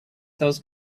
those